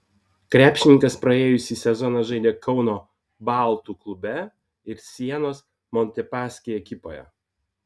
krepšininkas praėjusį sezoną žaidė kauno baltų klube ir sienos montepaschi ekipoje